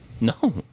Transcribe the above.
No